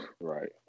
Right